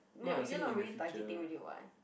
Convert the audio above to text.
no you're not really targeting already [what]